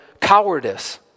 cowardice